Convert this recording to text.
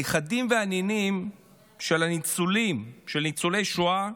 הנכדים והנינים של הניצולים, של ניצולי שואה,